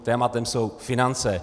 Tématem jsou finance.